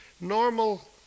Normal